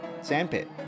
sandpit